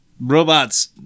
Robots